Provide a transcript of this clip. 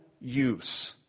use